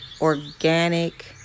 organic